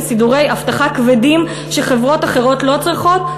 סידורי אבטחה כבדים וחברות אחרות לא צריכות,